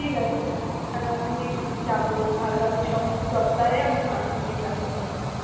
ঠিক আছে তাহলে আমি যাব আগামী সপ্তাহে আমি মাকে নিয়ে যাব তাহলে